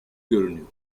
görünüyor